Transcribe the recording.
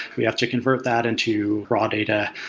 we have to convert that into raw data,